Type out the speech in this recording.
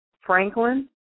Franklin